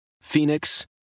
Phoenix